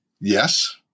yes